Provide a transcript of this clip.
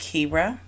Kira